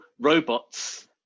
Robots